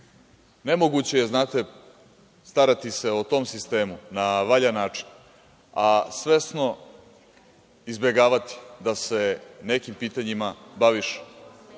nemoguće je, znate, starati se o tom sistemu na valjan način, a svesno izbegavati da se nekim pitanjima baviš